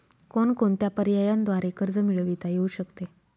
कोणकोणत्या पर्यायांद्वारे कर्ज मिळविता येऊ शकते?